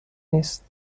نیست